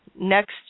Next